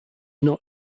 not